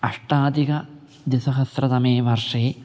अष्टाधिकद्विसहस्रतमे वर्षे